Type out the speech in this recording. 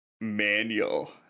manual